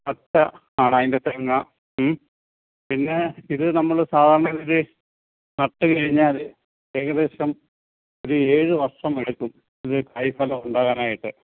പച്ച ആണ് അതിന്റെ തേങ്ങ പിന്നെ ഇത് നമ്മൾ സാധാരണ രീതിയിൽ നട്ട് കഴിഞ്ഞാൽ ഏകദേശം ഒരു ഏഴ് വർഷം എടുക്കും ഇത് കായ ഫലം ഉണ്ടാകാനായിട്ട്